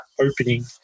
opening